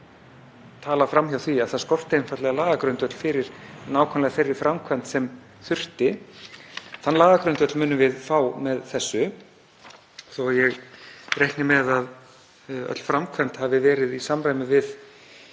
talað fram hjá því að það skorti einfaldlega lagagrundvöll fyrir nákvæmlega þeirri framkvæmd sem þurfti. Þann lagagrundvöll munum við fá með þessu. Þó að ég reikni með að öll framkvæmd hafi verið í samræmi við